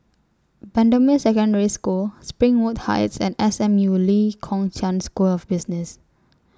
Bendemeer Secondary School Springwood Heights and S M U Lee Kong Chian School of Business